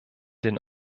den